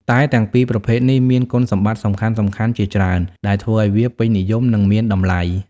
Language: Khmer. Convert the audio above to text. តែទាំងពីរប្រភេទនេះមានគុណសម្បត្តិសំខាន់ៗជាច្រើនដែលធ្វើឱ្យវាពេញនិយម និងមានតម្លៃ។